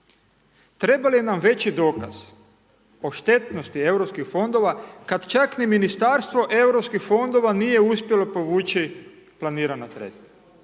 Treba li nam veći dokaz o štetnosti europskih fondova kad čak ni Ministarstvo europskih fondova nije uspjelo povući planirana sredstva.